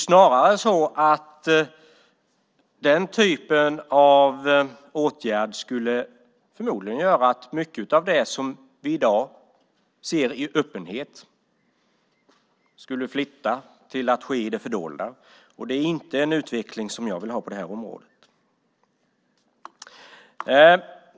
Den typen av åtgärd skulle förmodligen göra att mycket av det som vi i dag ser i öppenhet skulle flytta till att ske i det fördolda. Det är inte en utveckling som jag vill ha på det här området.